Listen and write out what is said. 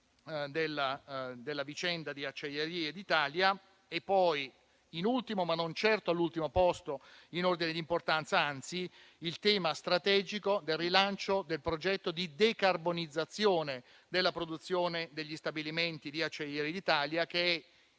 della vicenda di Acciaierie d'Italia. In ultimo, ma non certo in ordine di importanza, vi è il tema strategico del rilancio del progetto di decarbonizzazione della produzione degli stabilimenti di Acciaierie d'Italia, che è